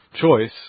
choice